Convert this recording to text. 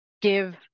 give